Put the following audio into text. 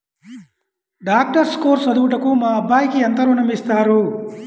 Doctor course చదువుటకు మా అబ్బాయికి ఎంత ఋణం ఇస్తారు?